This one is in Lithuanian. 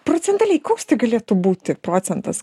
procentaliai koks tai galėtų būti procentas